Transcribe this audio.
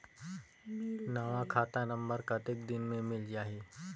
नवा खाता नंबर कतेक दिन मे मिल जाही?